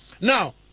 Now